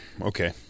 Okay